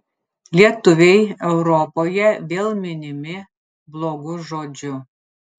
lietuviai europoje vėl minimi blogu žodžiu